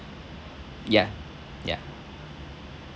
ya ya